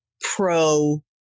pro